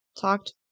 talked